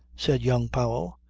said young powell,